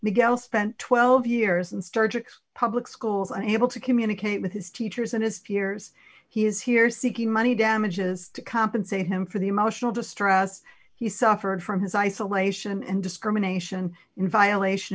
miguel spent twelve years and started public schools unable to communicate with his teachers and his peers he is here seeking money damages to compensate him for the emotional distress he suffered from his isolation and discrimination in violation